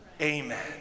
Amen